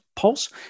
Pulse